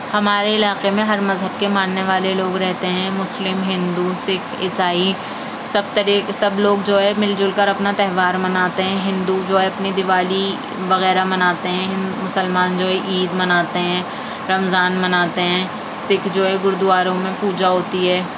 ہمارے علاقے میں ہر مذہب کے ماننے والے لوگ رہتے ہیں مسلم ہندو سکھ عیسائی سب طریقے سب لوگ جو ہے مل جل کر اپنا تہوار مناتے ہیں ہندو جو ہے اپنی دیوالی وغیرہ مناتے ہیں مسلمان جو ہے عید مناتے ہیں رمضان مناتے ہیں سکھ جو ہے گرودواروں میں پوجا ہوتی ہے